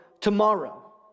tomorrow